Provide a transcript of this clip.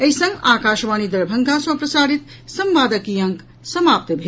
एहि संग आकाशवाणी दरभंगा सँ प्रसारित संवादक ई अंक समाप्त भेल